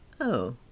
Oh